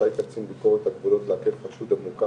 רשאי קצין ביקורת הגבולות לעכב חשוד המוכר